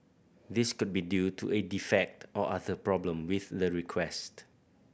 this could be due to a defect or other problem with the request